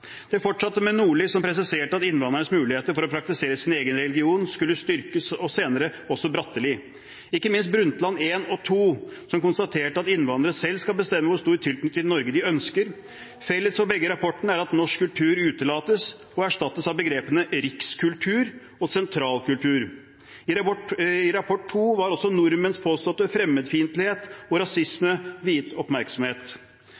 fortsatte med Nordli, som presiserte at innvandrernes muligheter for å praktisere sin egen religion skulle styrkes. Ikke minst ser vi det under Brundtland, som i to rapporter konstaterer at innvandrerne selv skal bestemme hvor stor tilknytning til Norge de ønsker. Felles for begge rapportene er at norsk kultur utelates og erstattes av begrepene «rikskultur» og «sentralkultur». I den andre rapporten var også nordmenns påståtte fremmedfiendtlighet og